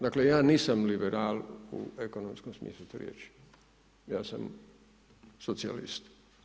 Dakle, ja nisam liberal u ekonomskom smislu te riječi, ja sam socijalist.